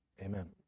Amen